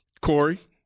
Corey